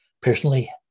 personally